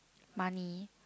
money